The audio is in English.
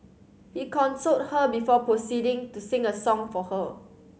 he consoled her before proceeding to sing a song for her